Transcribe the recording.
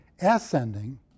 ascending